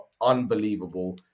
unbelievable